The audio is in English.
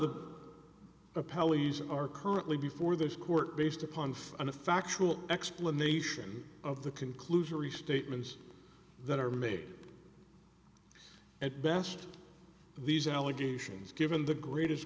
pelleas are currently before this court based upon a factual explanation of the conclusion re statements that are made at best these allegations given the greatest